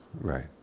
Right